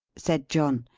said john.